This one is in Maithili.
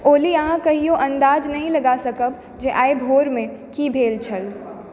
ओली अहाँ कहियो अन्दाज नहि लगा सकब जे आइ भोरमे की भेल छल